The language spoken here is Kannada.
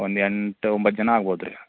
ಒಂದು ಎಂಟು ಒಂಬತ್ತು ಜನ ಆಗ್ಬೋದು ರೀ